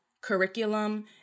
curriculum